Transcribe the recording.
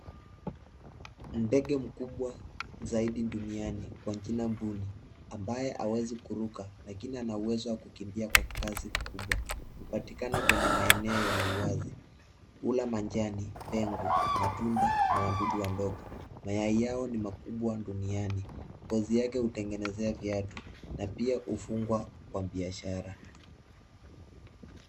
Ndege mkubwa zaidi duniani kwa jina mbuni ambaye hawezi kuruka lakini ana uwezo wa kukimbia kwa kasi kubwa. Hupatikana kwenye maeneo yenye uwazi mkubwa. Hula majani, ndengu matunda na wadudu wadogo. Mayai yao ni makubwa duniani. Ngozi yake hutengenezea viatu na pia hufugwa kwa biashara.